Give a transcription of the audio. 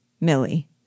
Millie